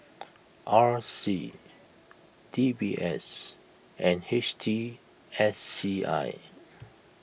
R C D B S and H T S C I